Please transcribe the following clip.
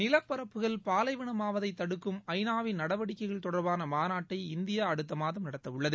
நிலப்பரப்புகள் பாலைவனமாவதை தடுக்கும் ஐநாவின் நடவடிக்கைகள் தொடர்பான மாநாட்டை இந்தியா அடுத்த மாதம் நடத்தவுள்ளது